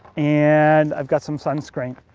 and i've got some sunscreen.